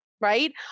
right